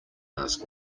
ask